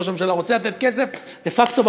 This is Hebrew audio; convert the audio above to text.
ראש הממשלה רוצה לתת כסף דה פקטו,